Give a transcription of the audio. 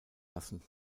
lassen